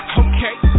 okay